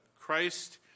Christ